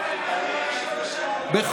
מלביצקי, קריאה ראשונה.